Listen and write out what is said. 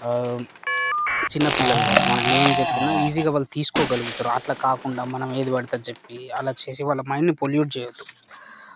చిన్నపిల్లల కదా మనం ఏం చెప్పినా ఈజీగా వాళ్ళు తీసుకోగలుగుతారు అట్లా కాకుండా మనం ఏది పడితే అది చెప్పి అలా చేసి వాళ్ళ మైండ్ని పోల్ల్యూట్ చేయద్దు